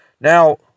Now